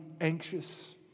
anxious